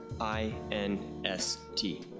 I-N-S-T